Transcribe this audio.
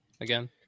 again